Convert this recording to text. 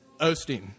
Osteen